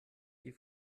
die